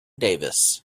davis